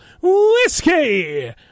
whiskey